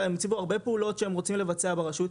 הציגו פה הרבה פעולות שהם רוצים לבצע ברשות.